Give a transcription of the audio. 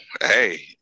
Hey